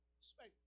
space